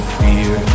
fear